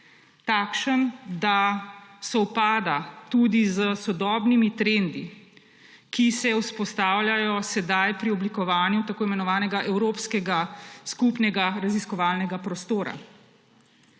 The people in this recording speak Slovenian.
takšen, da sovpada tudi s sodobnimi trendi, ki se vzpostavljajo sedaj pri oblikovanju tako imenovanega evropskega skupnega raziskovalnega prostora.